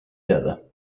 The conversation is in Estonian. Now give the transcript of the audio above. teada